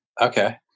Okay